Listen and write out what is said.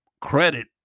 credit